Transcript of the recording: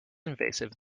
invasive